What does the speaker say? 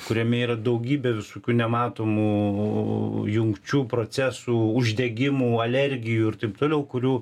kuriame yra daugybė visokių nematomų jungčių procesų uždegimų alergijų ir taip toliau kurių